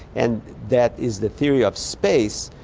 and that is the theory of space,